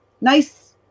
nice